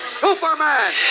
Superman